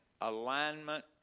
alignment